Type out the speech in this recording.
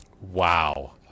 Wow